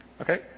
Okay